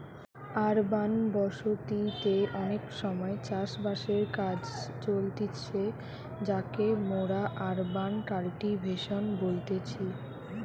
urban বসতি তে অনেক সময় চাষ বাসের কাজ চলতিছে যাকে মোরা আরবান কাল্টিভেশন বলতেছি